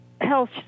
health